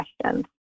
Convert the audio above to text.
questions